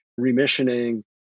remissioning